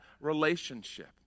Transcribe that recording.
relationship